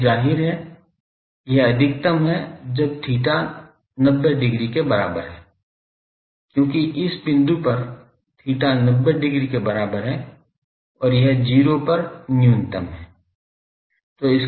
इसलिए जाहिर है यह अधिकतम है जब theta 90 डिग्री के बराबर है क्योंकि इस बिंदु पर theta 90 डिग्री के बराबर है और यह 0 पर न्यूनतम है